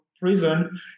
prison